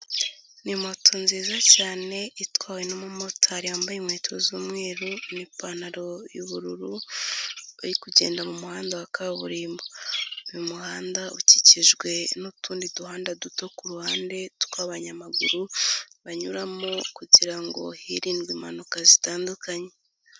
Ni moto nziza cyane itwawe n'umumotari yambaye inkweto z'umweru n'ipantaro y'ubururu uri kugenda mu muhanda wa kaburimbo, uyu muhanda ukikijwe n'utundi duhanda duto ku ruhande tw'abanyamaguru banyuramo kugira ngo hirindwe impanuka zitandukanye.